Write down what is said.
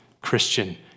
Christian